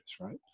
right